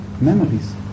memories